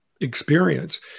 experience